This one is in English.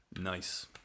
Nice